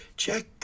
Check